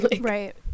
Right